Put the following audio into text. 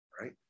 right